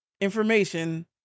information